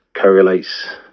correlates